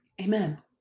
Amen